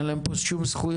אין להם פה שום זכויות.